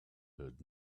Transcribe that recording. heard